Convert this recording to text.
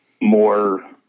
more